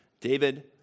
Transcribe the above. David